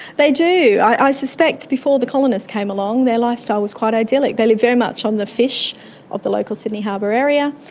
they do. i suspect before the colonists came along their lifestyle was quite idyllic, they lived very much on the fish of the local sydney harbour area,